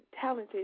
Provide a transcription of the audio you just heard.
talented